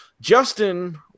Justin